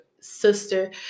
sister